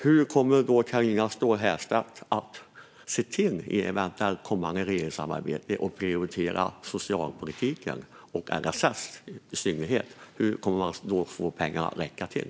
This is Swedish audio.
Hur kommer Carina Ståhl Herrstedt vid ett eventuellt kommande regeringssamarbete att se till att prioritera socialpolitiken och i synnerhet LSS? Hur kommer man att få pengarna att räcka till?